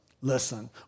listen